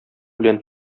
белән